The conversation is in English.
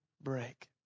break